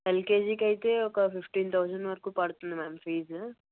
ఎల్కేజికి అయితే ఒక fifteen thousand వరకు పడుతుంది మ్యామ్ ఫీజు